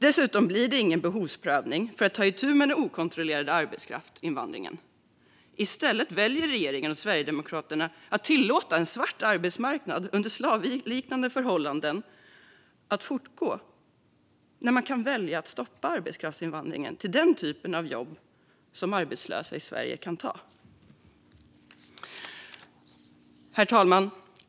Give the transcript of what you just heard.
Dessutom blir det ingen behovsprövning för att ta itu med den okontrollerade arbetskraftsinvandringen. Regeringen och Sverigedemokraterna väljer att fortsätta tillåta en svart arbetsmarknad med slavliknande förhållanden i stället för att stoppa arbetskraftsinvandring till den typ av jobb som arbetslösa i Sverige skulle kunna ta under sjysta förhållanden och villkor. Herr talman!